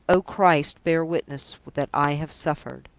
oh, christ, bear witness that i have suffered!